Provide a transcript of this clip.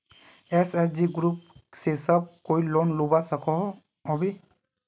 SHG group से सब कोई लोन लुबा सकोहो होबे?